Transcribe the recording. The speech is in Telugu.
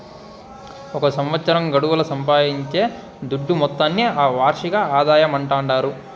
ఒక సంవత్సరం గడువుల సంపాయించే దుడ్డు మొత్తాన్ని ఆ వార్షిక ఆదాయమంటాండారు